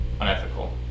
unethical